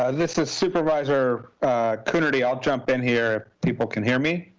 ah this is supervisor coonerty, i'll jump in here if people can hear me.